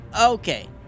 Okay